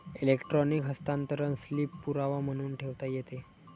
electronic हस्तांतरण slip पुरावा म्हणून ठेवता येते